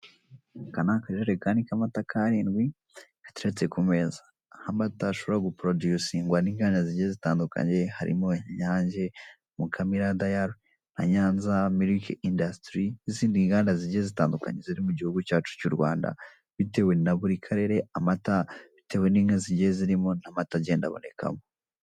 Aka ni akajerekani k'amata karindwi gateretse ku meza, aho amata ashobora guporoduyisingwa n'inganda zigiye zitandukanye, harimo inyange, Mukamira dayari na Nyanza miliki indasitiri n'izindi nganda zigiye zitandukanye ziri mu gihugu cyacu cy'u Rwanda bitewe na buri karere amata bitewe n'inka zigiye zirimo n'amata agenda abonekamo.